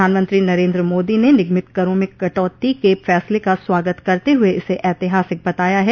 प्रधानमंत्री नरेन्द्र मोदी ने निगमित करों में कटौती के फैसले का स्वागत करते हुए इसे ऐतिहासिक बताया है